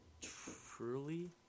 Truly